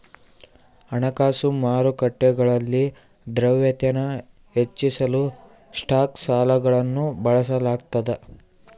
ಹಣಕಾಸು ಮಾರುಕಟ್ಟೆಗಳಲ್ಲಿ ದ್ರವ್ಯತೆನ ಹೆಚ್ಚಿಸಲು ಸ್ಟಾಕ್ ಸಾಲಗಳನ್ನು ಬಳಸಲಾಗ್ತದ